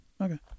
Okay